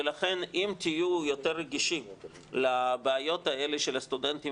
לכן אם תהיו יותר רגישים לבעיות האלה של הסטודנטים